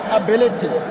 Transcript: ability